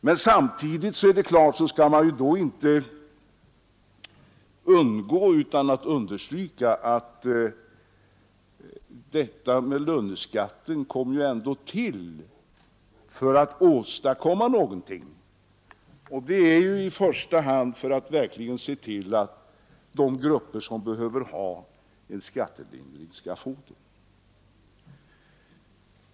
Men samtidigt är det klart att man inte skall underlåta att understryka att löneskatten ändå kom till därför att vi ville åstadkomma någonting — i första hand för att verkligen se till att de grupper som 125 behöver ha en skattelindring skall få det.